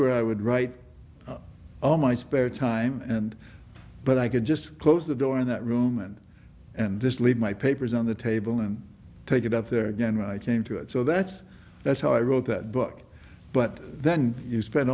where i would write all my spare time and but i could just close the door in that room and and just leave my papers on the table and take it up there again when i came to it so that's that's how i wrote that book but then you spen